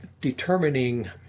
determining